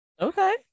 Okay